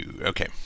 Okay